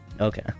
okay